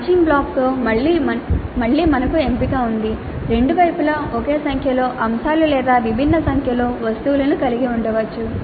matching బ్లాక్స్లో మళ్ళీ మనకు ఎంపిక ఉంది రెండు వైపులా ఒకే సంఖ్యలో అంశాలు లేదా విభిన్న సంఖ్యలో వస్తువులను కలిగి ఉండవచ్చు